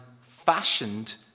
fashioned